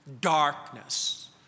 darkness